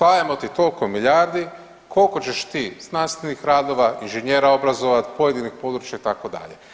Dajemo ti toliko milijardi, koliko ćeš ti znanstvenih radova, inženjera obrazovat, pojedinih područja itd.